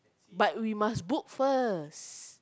but we must book first